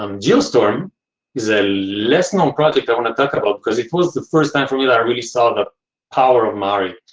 um geo storm is a less known project i want to talk about. cause it was the first time for me that i really saw the power of mari,